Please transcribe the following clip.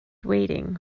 waiting